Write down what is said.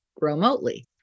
remotely